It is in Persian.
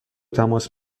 تماس